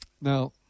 Now